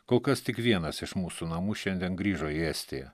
kol kas tik vienas iš mūsų namų šiandien grįžo į estiją